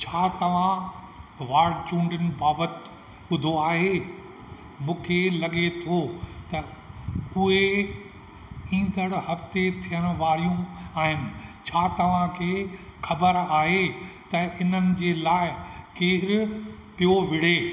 छा तव्हां वार्ड चूंडनि बाबति ॿुधो आहे मूंखे लगे॒ थो त उहे ईंदड़ु हफ़्ते थियण वारियूं आहिनि छा तव्हांखे ख़बर आहे त इन्हनि जे लाइ केरु पियो विढे़